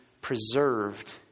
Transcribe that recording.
preserved